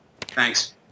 Thanks